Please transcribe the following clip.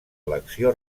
elecció